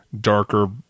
darker